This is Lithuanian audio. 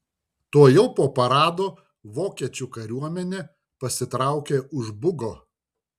tuojau po parado vokiečių kariuomenė pasitraukė už bugo